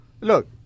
Look